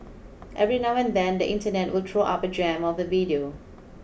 every now and then the internet will throw up a gem of the video